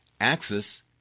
Axis